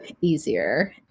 easier